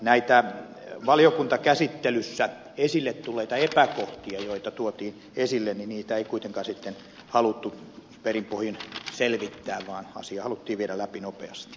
näitä valiokuntakäsittelyssä esille tulleita epäkohtia joita tuotiin esille ei kuitenkaan sitten haluttu perin pohjin selvittää vaan asia haluttiin viedä läpi nopeasti